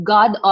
God